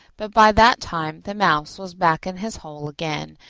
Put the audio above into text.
but by that time the mouse was back in his hole again,